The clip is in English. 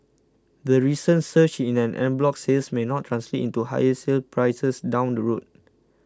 the recent surge in an en bloc sales may not translate into higher sale prices down the road